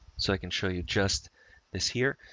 so i can show you just this here.